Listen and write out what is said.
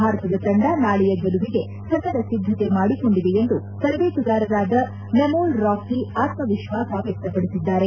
ಭಾರತದ ತಂಡ ನಾಳೆಯ ಗೆಲುವಿಗೆ ಸಕಲ ಸಿದ್ದತೆ ಮಾಡಿಕೊಂಡಿದೆ ಎಂದು ತರಬೇತುದಾರರಾದ ಮೆಮೋಲ್ ರಾಃ ಆತ್ಮವಿಶ್ವಾಸ ವ್ಯಕ್ತಪಡಿಸಿದ್ದಾರೆ